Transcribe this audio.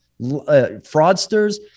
fraudsters